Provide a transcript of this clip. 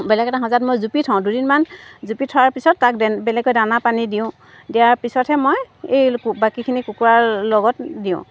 বেলেগ এটা সজাত মই জুপি থওঁ দুদিনমান জুপি থোৱাৰ পিছত তাক বে বেলেগকৈ দানা পানী দিওঁ দিয়াৰ পিছতহে মই এই বাকীখিনি কুকুৰাৰ লগত দিওঁ